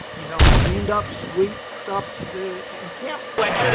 you know, cleaned up, sweeped up the encampments.